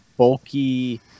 bulky